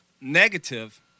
negative